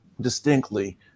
distinctly